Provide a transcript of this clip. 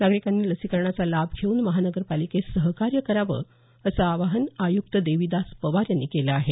नागरिकांनी लसीकरणाचा लाभ घेऊन महानगर पालिकेस सहकार्य करावं असं आवाहन आयुक्त देविदास पवार यांनी केलं आहे